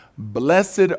Blessed